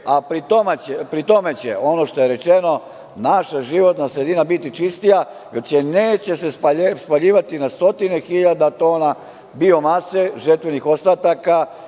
a pri tome će, ono što je rečeno, naša životna sredina biti čistija, jer se neće spaljivati na stotine hiljada tona biomase, žetvenih ostataka